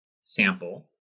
sample